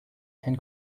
can